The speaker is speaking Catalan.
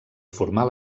formar